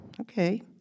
okay